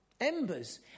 embers